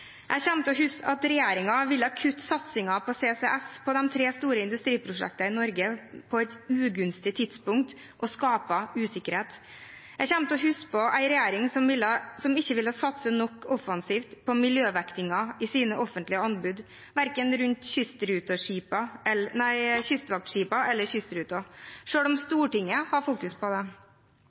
Jeg kommer til å huske at regjeringen ville kutte satsingen på CCS, karbonfangst og -lagring, på de tre store industriprosjektene i Norge på et ugunstig tidspunkt og skapte usikkerhet. Jeg kommer til å huske en regjering som ikke ville satse offensivt nok på miljøvektingen i sine offentlige anbud, verken rundt kystvaktskipene eller kystruten, selv om Stortinget fokuserer på det.